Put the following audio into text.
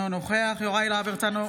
בעד יוראי להב הרצנו,